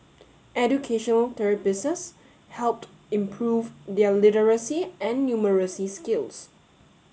educational helped improve their literacy and numeracy skills